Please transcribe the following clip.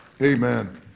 Amen